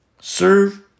Serve